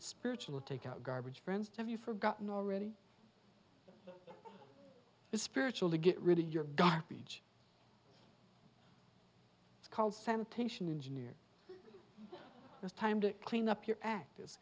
and spiritual take out garbage friends have you forgotten already spiritual to get rid of your garbage it's called sanitation engineer it's time to clean up your act is